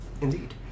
Indeed